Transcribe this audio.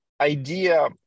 idea